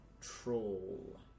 troll